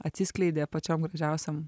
atsiskleidė pačiom gražiausiom